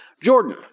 Jordan